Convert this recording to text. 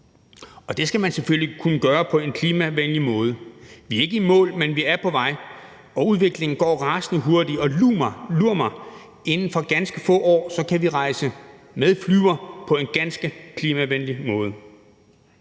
Det skal man selvfølgelig kunne gøre på en klimavenlig måde. Vi er ikke i mål, men vi er på vej, og udviklingen går rasende hurtigt, og lur mig, inden for ganske få år kan vi rejse med fly på en ganske klimavenlig måde.